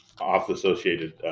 off-associated